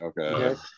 okay